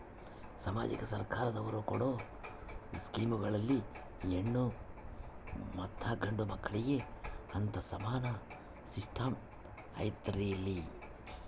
ಸಮಾಜಕ್ಕೆ ಸರ್ಕಾರದವರು ಕೊಡೊ ಸ್ಕೇಮುಗಳಲ್ಲಿ ಹೆಣ್ಣು ಮತ್ತಾ ಗಂಡು ಮಕ್ಕಳಿಗೆ ಅಂತಾ ಸಮಾನ ಸಿಸ್ಟಮ್ ಐತಲ್ರಿ?